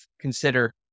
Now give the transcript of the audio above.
consider